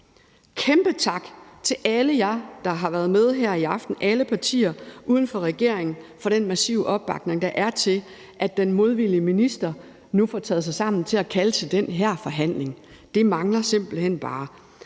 her i aften, alle partier uden for regeringen, for den massive opbakning, der er til, at den modvillige minister nu får taget sig sammen til at indkalde til den her forhandling. Det manglede simpelt hen bare.